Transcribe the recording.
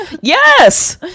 Yes